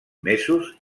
mesos